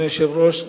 אדוני היושב-ראש,